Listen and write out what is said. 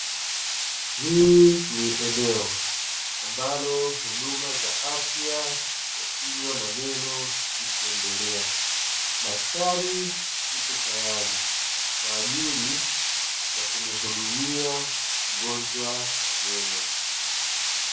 Hili ni eneo ambalo huduma za afya za kinywa na meno zikiendelea, daktari yupo tayari kwa ajili ya kumuhudumia mgonjwa wa meno.